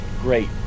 Great